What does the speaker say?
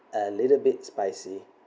a little bit spicy